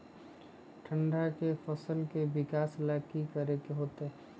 ठंडा में फसल के विकास ला की करे के होतै?